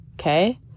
okay